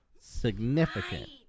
significant